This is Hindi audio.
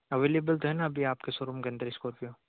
अवेलेबल तो है ना अभी आपके शोरूम के अंदर स्कॉर्पियो